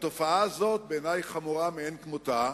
התופעה הזאת חמורה בעיני מאין כמותה,